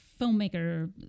filmmaker